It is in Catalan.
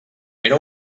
era